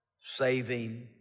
saving